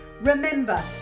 Remember